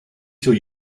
till